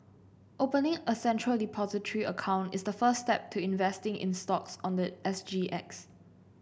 opening a Central Depository account is the first step to investing in stocks on the S G X